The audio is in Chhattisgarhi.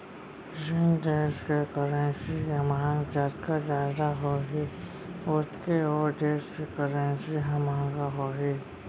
जेन देस के करेंसी के मांग जतका जादा होही ओतके ओ देस के करेंसी ह महंगा होही